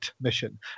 mission